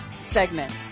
segment